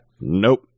Nope